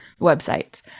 websites